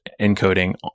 encoding